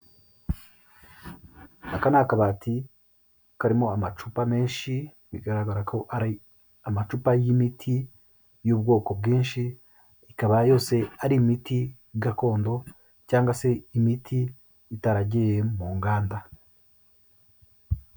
Aka ni kabati karimo amacupa menshi bigaragara ko ari amacupa y'imiti y'ubwoko bwinshi, ikaba yose ari imiti gakondo cyangwa se imiti itaragiye mu nganda.